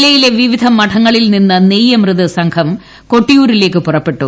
ജില്ലയിലെ വിവിധ മഠങ്ങ ളിൽ നിന്ന് നെയ്യമൃത് സംഘം കൊട്ടിയൂരിലേക്ക് പുറപ്പെട്ടു